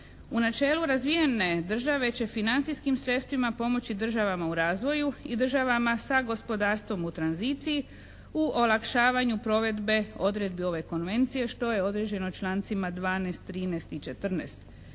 U načelu razvijene države će financijskim sredstvima pomoći državama u razvoju i državama sa gospodarstvom u tranziciji u olakšavanju provedbe odredbi ove Konvencije što je određeno člancima 12., 13. i 14.